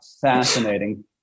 Fascinating